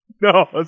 No